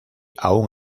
aún